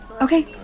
Okay